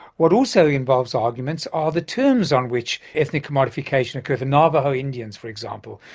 what also involves arguments are the terms on which ethnic commodification occurs. the navajo indians, for example,